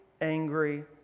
angry